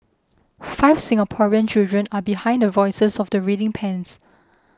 five Singaporean children are behind the voices of the reading pens